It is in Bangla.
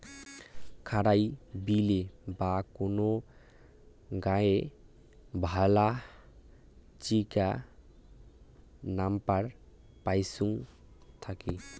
খারাই বিলে বা কোন গাঙে ভালা চিকা নাম্পার পাইচুঙ থাকি